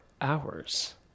hours